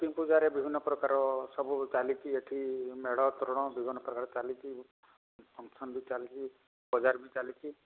କିନ୍ତୁ ୟାଡ଼େ ବିଭିନ୍ନ ପ୍ରକାରେ ସବୁ ଚାଲିଛି ଏଠି ମେଢ଼ ତୋରଣ ବିଭିନ୍ନ ପ୍ରକାର ଚାଲିଛି ଫଙ୍କସନ୍ ବି ଚାଲିଛି ବଜାର ବି ଚାଲିଛି